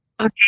Okay